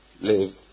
live